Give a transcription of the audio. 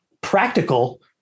practical